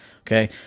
okay